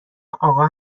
آقا